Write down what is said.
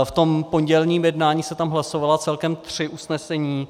V tom pondělním jednání se tam hlasovala celkem tři usnesení.